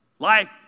Life